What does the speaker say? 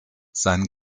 sein